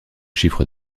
chiffre